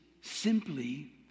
simply